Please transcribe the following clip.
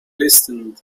listened